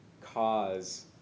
cause